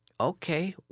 okay